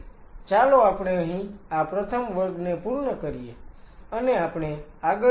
તેથી ચાલો આપણે અહીં આ પ્રથમ વર્ગને પૂર્ણ કરીએ અને આપણે આગળના વર્ગમાં જઈશું